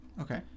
Okay